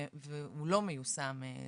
והוא למעשה לא מיושם.